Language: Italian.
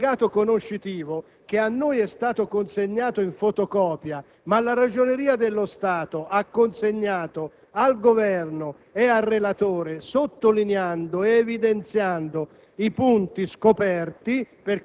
l'indebitamento è di competenza. Ora, da questo allegato conoscitivo, che ci è stato consegnato in fotocopia, ma che la Ragioneria generaledello Stato ha consegnato